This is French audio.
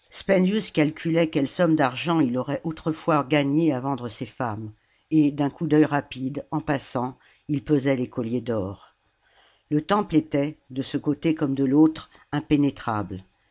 calculait quelle somme d'argent il aurait autrefois gagnée à vendre ces femmes et d'un coup d'œil rapide en passant il pesait les colliers d'or le temple était de ce côté comme de l'autre impénétrable